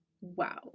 Wow